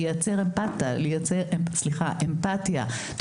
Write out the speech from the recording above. לייצר אמפתיה,